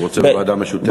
רוצים ועדה משותפת.